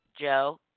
Joe